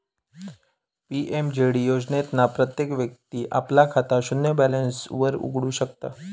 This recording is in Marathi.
पी.एम.जे.डी योजनेतना प्रत्येक व्यक्ती आपला खाता शून्य बॅलेंस वर उघडु शकता